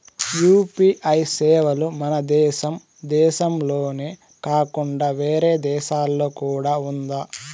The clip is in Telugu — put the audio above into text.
యు.పి.ఐ సేవలు మన దేశం దేశంలోనే కాకుండా వేరే దేశాల్లో కూడా ఉందా?